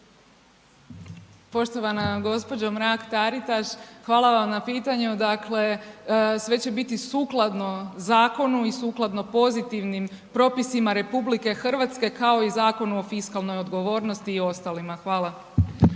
Poštovana gospođo Mrak Taritaš hvala vam na pitanju, dakle sve će biti sukladno zakonu i sukladno pozitivnim propisima RH kao i Zakonu o fiskalnoj odgovornosti i ostalima. Hvala.